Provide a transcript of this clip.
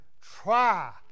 try